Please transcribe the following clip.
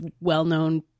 well-known